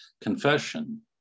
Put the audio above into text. confession